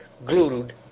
Glued